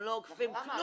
הם לא אוכפים כלום.